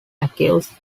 accused